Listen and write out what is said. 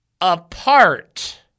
apart